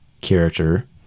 character